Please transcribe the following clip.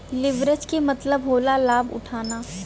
leverage के मतलब होला लाभ उठाना